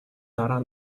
дараа